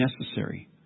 necessary